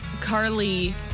Carly